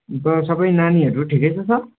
अन्त सबै नानीहरू ठिकै छ सर